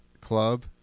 club